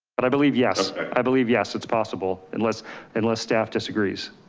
but i believe. yes, i believe. yes. it's possible. unless unless staff disagrees.